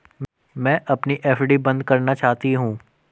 मैं अपनी एफ.डी बंद करना चाहती हूँ